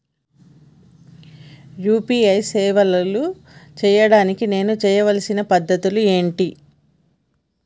UPI సేవలు చేయడానికి నేను చేయవలసిన పద్ధతులు ఏమిటి?